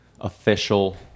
official